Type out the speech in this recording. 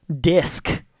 disc